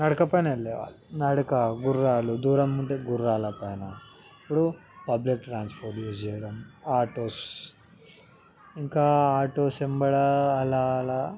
నడక పైనెళ్ళేవాళ్ళు నడక గుర్రాలు దూరంగుంటే గుర్రాల పైన ఇప్పుడు పబ్లిక్ ట్రాన్స్పోర్ట్ యూజ్ చేయడం ఆటోస్ ఇంకా ఆటోస్ వెంబడ అలా అలా